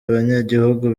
abanyagihugu